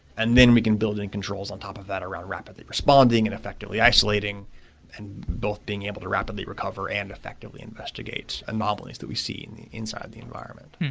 and then we can build and controls on top of that around rapidly responding and effectively isolating and both being able to rapidly recover and effectively investigate anomalies that we see and inside the environment.